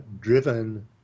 driven